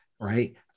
right